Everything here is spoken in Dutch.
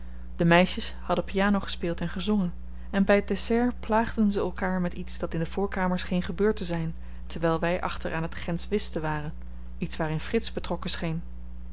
de meisjes hadden piano gespeeld en gezongen en by t dessert plaagden ze elkaar met iets dat in de voorkamer scheen gebeurd te zyn terwyl wy achter aan t gentsch whisten waren iets waarin frits betrokken scheen